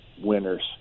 winners